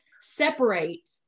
separate